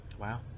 wow